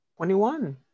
21